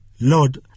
Lord